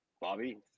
Bobby